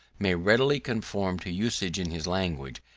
may readily conform to usage in his language,